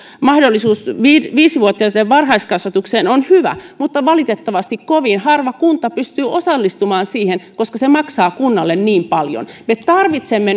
mahdollisuus viisi vuotiaiden varhaiskasvatukseen on hyvä mutta valitettavasti kovin harva kunta pystyy osallistumaan siihen koska se maksaa kunnalle niin paljon me tarvitsemme